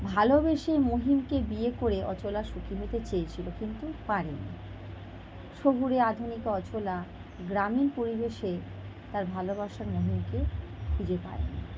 ভালোবেসে মহিমকে বিয়ে করে অচলা সুখী হতে চেয়েছিল কিন্তু পারেনি শহুরে আধুনিকা অচলা গ্রামীণ পরিবেশে তার ভালোবাসার মহিমকে খুঁজে পায়নি